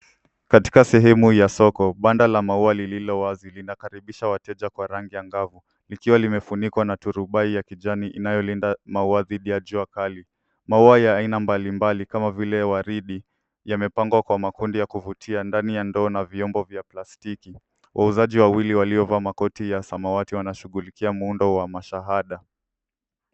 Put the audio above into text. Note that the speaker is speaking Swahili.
Katika sehemu ya soko, banda la maua lililo wazi, linakaribisha wateja kwa rangi angavu. Likiwa limefunikwa na turubai ya kijani inayolinda maua dhidi ya jua kali. Maua ya aina mbalimbali kama vile waridi yamepangwa kwa makundi ya kuvutia ndani ya ndoo na vyombo vya plastiki. Wauzaji wawili waliovaa makoti ya samawati wanashughulikia muundo wa mashahada.